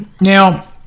Now